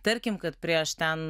tarkim kad prieš ten